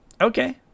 Okay